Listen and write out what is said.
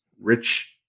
rich